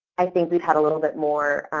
i think we've had a little bit more